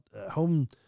home